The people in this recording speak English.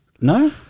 no